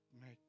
make